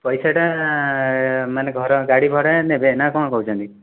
ପଇସାଟା ମାନେ ଘରେ ଗାଡ଼ି ଭଡ଼ା ନେବେ ନା କଣ କହୁଛନ୍ତି